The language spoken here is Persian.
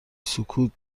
سکوت